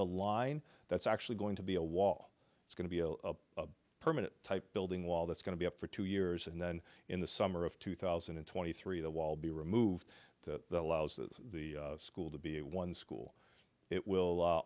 a line that's actually going to be a wall it's going to be a permanent type building wall that's going to be up for two years and then in the summer of two thousand and twenty three the wall be removed the allows the school to be a one school it will a